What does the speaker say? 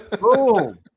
Boom